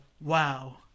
wow